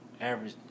average